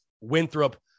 Winthrop